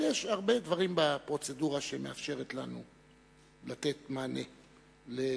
אבל יש הרבה דברים בפרוצדורה שמאפשרים לנו לתת מענה לבקשתך,